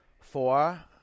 Four